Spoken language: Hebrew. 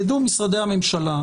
יידעו משרדי הממשלה,